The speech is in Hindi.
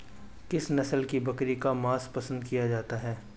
किस नस्ल की बकरी का मांस पसंद किया जाता है?